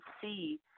see